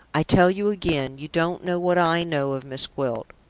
i tell you again, you don't know what i know of miss gwilt.